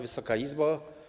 Wysoka Izbo!